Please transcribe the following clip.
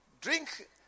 drink